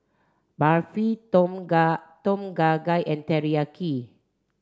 Barfi Tom Kha Tom Kha Gai and Teriyaki